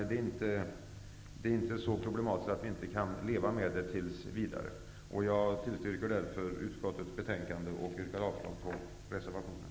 Den är inte så problematisk att vi inte kan leva med den tills vidare. Jag tillstyrker därför hemställan i utskottets betänkande och yrkar avslag på reservationen.